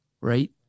right